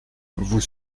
vous